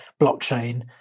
blockchain